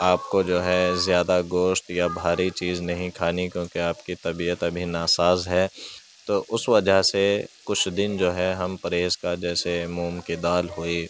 آپ کو جو ہے زیادہ گوشت یا بھاری چیز نہیں کھانی کیونکہ آپ کی طبیعت ابھی ناساز ہے تو اس وجہ سے کچھ دن جو ہے ہم پرہیز کا جیسے مونگ کی دال ہوئی